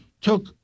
took